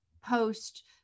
post